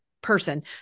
person